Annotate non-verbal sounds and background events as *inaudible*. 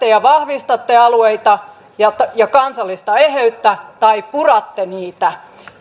*unintelligible* ja vahvistatte alueita ja kansallista eheyttä tai puratte niitä